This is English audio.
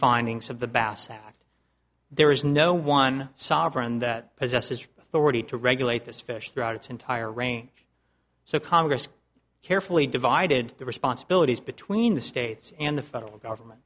findings of the bass act there is no one sovereign that possesses authority to regulate this fish throughout its entire range so congress carefully divided the responsibilities between the states and the federal government